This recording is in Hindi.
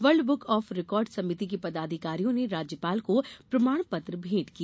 वर्ल्ड बुक आफ रिकार्ड समिति के पदाधिकारियों ने राज्यपाल को प्रमाण पत्र भेंट किया